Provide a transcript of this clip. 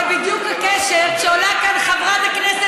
זה בדיוק הקשר כשעולה כאן חברת הכנסת